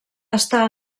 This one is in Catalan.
està